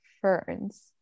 ferns